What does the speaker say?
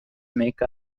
make